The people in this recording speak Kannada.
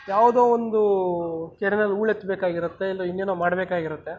ಯಾವುದೋ ಒಂದು ಕೆರೆಗಳಲ್ಲಿ ಹೂಳ್ ಎತ್ಬೇಕಾಗಿರುತ್ತೆ ಇಲ್ಲ ಇನ್ನೇನೋ ಮಾಡ್ಬೇಕಾಗಿರುತ್ತೆ